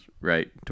right